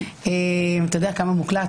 אתה יודע כמה מוקלט?